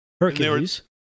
Hercules